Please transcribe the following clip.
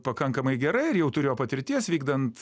pakankamai gerai ir jau turėjo patirties vykdant